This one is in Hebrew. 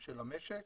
של המשק.